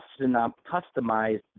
customized